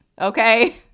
okay